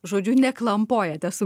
žodžiu ne klampojate su